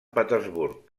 petersburg